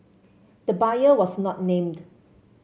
the buyer was not named